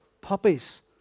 puppies